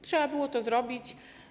Trzeba było to zrobić.